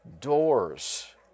doors